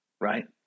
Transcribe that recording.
right